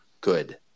good